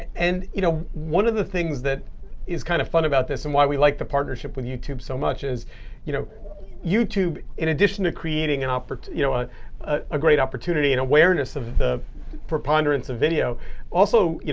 and you know one of the things that is kind of fun about this, and why we like the partnership with youtube so much, is you know youtube, in addition to creating and you know ah ah a great opportunity and awareness of the preponderance of video also yeah